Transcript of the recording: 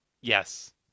Yes